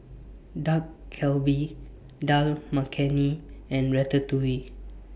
Dak Galbi Dal Makhani and Ratatouille